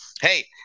hey